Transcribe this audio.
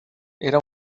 era